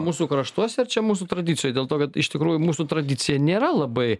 mūsų kraštuose ar čia mūsų tradicijoj dėl to kad iš tikrųjų mūsų tradicija nėra labai